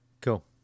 Cool